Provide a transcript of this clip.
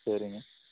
சரிங்க